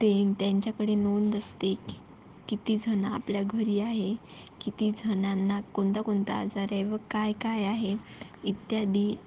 तेन त्यांच्याकडे नोंद असते की कितीजणं आपल्या घरी आहे कितीजणांना कोणता कोणता आजार आहे व काय काय आहे इत्यादी